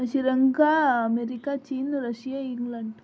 Sri Lanka America चीन Russia England